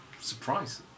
surprise